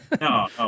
No